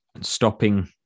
stopping